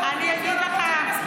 למרות שאתם מסכימים לה.